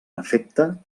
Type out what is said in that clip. efecte